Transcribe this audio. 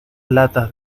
latas